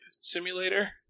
Simulator